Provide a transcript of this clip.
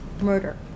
murder